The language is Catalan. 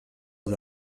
els